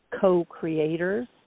co-creators